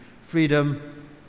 freedom